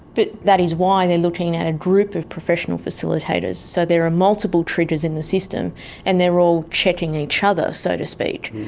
but that is why they're looking at a group of professional facilitators, so there are multiple triggers in the system and they're all checking each other, so to speak.